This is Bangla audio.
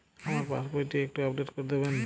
আমার পাসবই টি একটু আপডেট করে দেবেন?